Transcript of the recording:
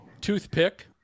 toothpick